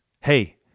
Hey